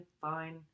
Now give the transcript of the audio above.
fine